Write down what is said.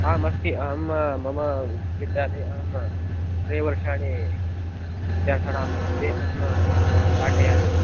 आम् अस्ति अहं मम विद्यालये अहं त्रीणि वर्षाणि विद्यार्थिनां कृते अहं पाठयामि